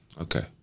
Okay